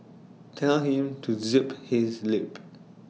tell him to zip his lip